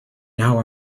now